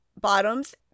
Bottoms